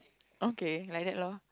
okay like that lor